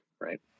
right